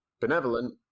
benevolent